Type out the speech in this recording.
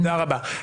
דהיינו,